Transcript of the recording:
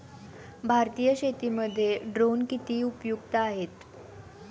भारतीय शेतीमध्ये ड्रोन किती उपयुक्त आहेत?